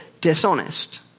dishonest